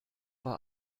war